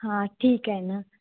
हां ठीक आहे ना